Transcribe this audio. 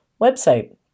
website